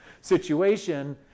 situation